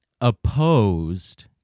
opposed